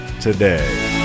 today